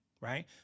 right